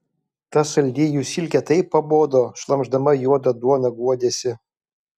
ta saldi jų silkė taip pabodo šlamšdama juodą duoną guodėsi